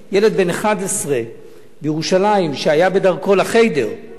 בירושלים ילד בן 11 שהיה בדרכו ל"חדר", הוכה.